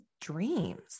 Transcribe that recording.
dreams